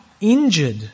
injured